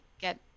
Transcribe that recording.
get